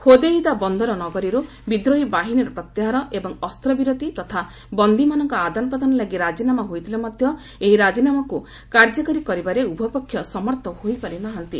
Hodeidah ବନ୍ଦର ନଗରୀର୍ ବିଦ୍ରୋହୀ ବାହିନୀର ପ୍ରତ୍ୟାହାର ଏବଂ ଅସ୍ତ୍ରବିରତି ତଥା ବନ୍ଦୀମାନଙ୍କ ଆଦାନ ପ୍ରଦାନ ଲାଗି ରାଜିନାମା ହୋଇଥିଲେ ମଧ୍ୟ ଏହି ରାଜିନାମାକ୍ତ କାର୍ଯ୍ୟକାରୀ କରିବାରେ ଉଭୟ ପକ୍ଷ ସମର୍ଥ ହୋଇପାରି ନାହାନ୍ତି